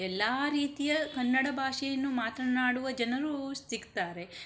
ಎಲ್ಲ ರೀತಿಯ ಕನ್ನಡ ಭಾಷೆಯನ್ನು ಮಾತನಾಡುವ ಜನರೂ ಸಿಕ್ತಾರೆ